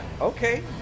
Okay